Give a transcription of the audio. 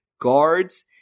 guards